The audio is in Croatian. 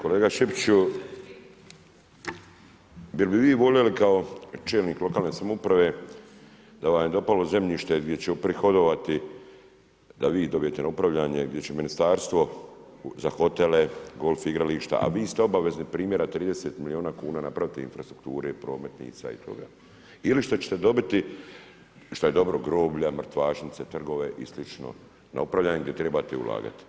Kolega Šipiću, bi li vi voljeli kao čelnik lokalne samouprave da vam je dopalo zemljište gdje će uprihodovati da vi dobijete na upravljanje, gdje će Ministarstvo za hotele, golf igrališta, a vi ste obavezni primjera 30 miliona kuna napraviti infrastrukture, prometnice i toga ili što ćete dobiti, što je dobro, groblja, mrtvačnice, trgove i slično na upravljanje gdje trebate ulagati.